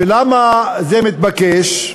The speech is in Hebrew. ולמה זה מתבקש,